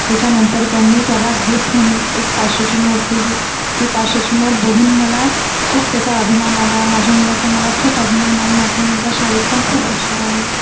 त्याच्या नंतर त्यांनी त्याला गिफ्ट म्हणून एक पाचशेची नोट दिली ती पाचशेची नोट बघून मला खूप त्याचा अभिमान आला माझ्या मुलाचा मला खूप अभिमान आहे माझा मुलगा शाळेत पण खूप हुशार आहे